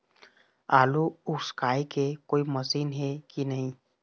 आलू उसकाय के कोई मशीन हे कि नी?